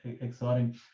exciting